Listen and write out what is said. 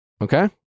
Okay